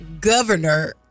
governor